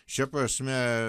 šia prasme